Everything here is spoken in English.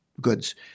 goods